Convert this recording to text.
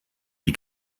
die